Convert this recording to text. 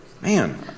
Man